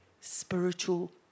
spiritual